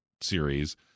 series